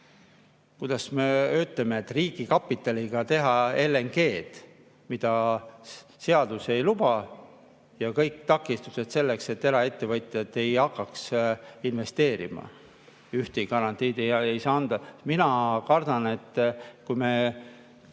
kuidas me ütleme, et riigi kapitaliga teha LNG-d, mida seadus ei luba, ja [rakendada] kõik takistused selleks, et eraettevõtjad ei hakkaks investeerima. Ühtegi garantiid ei saa anda. Mina kardan, et kui me